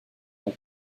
nom